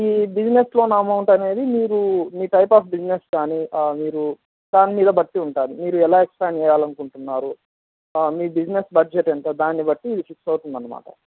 ఇది business loan amount అనేది మీరు మీ టైప్ ఆఫ్ బిజినెస్ కానీ మీరు దాని మీద బట్టి ఉంటుంది మీరు ఎలా ఎక్స్పాండ్ చెయ్యాలనుకుంటున్నారు మీ బిజినెస్ బడ్జెట్ ఎంత దాన్ని బట్టి ఫిక్స్ అవుతుందన్నమాట